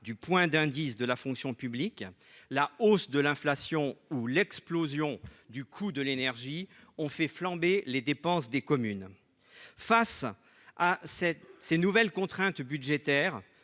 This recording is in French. du point d'indice de la fonction publique, la hausse de l'inflation ou l'explosion du coût de l'énergie ont fait flamber les dépenses des communes. Face à ces nouvelles contraintes budgétaires,